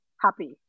happy